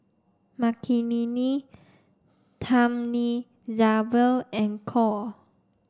Makineni Thamizhavel and Choor